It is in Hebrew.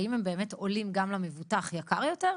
האם הם באמת עולים גם למבוטח יקר יותר?